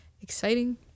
exciting